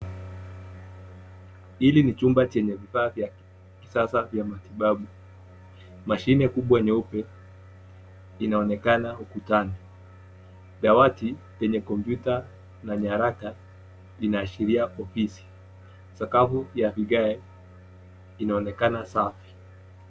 Hli ni chumba chenye vifaa vya kisasa vya matibabu. Mashine kubwa nyeupe inaonekana ukutani. Dawati yenye kompyuta na nyaraka inaashiria ofisi. Sakafu ya vigae inaonekana safi.